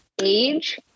Age